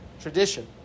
tradition